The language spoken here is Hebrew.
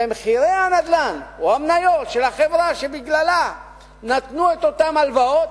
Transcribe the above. ומחירי הנדל"ן או המניות של החברה שבגללה נתנו את אותן הלוואות,